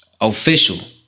official